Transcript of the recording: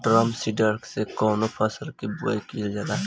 Drum seeder से कवने फसल कि बुआई कयील जाला?